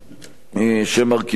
שמרכיבות אותה.